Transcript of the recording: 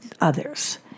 others